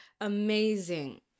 amazing